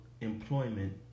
employment